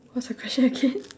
what's your question again